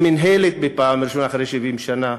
מינהלת בפעם הראשונה, אחרי 70 שנה.